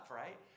right